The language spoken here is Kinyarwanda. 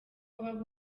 baba